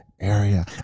area